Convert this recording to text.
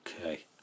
Okay